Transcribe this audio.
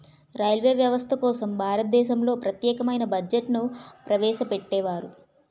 railway వ్యవస్థ కోసం భారతదేశంలో ప్రత్యేకమైన బడ్జెట్ను ప్రవేశపెట్టేవారు